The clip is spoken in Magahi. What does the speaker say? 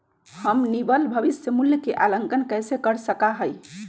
हम निवल भविष्य मूल्य के आंकलन कैसे कर सका ही?